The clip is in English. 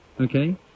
Okay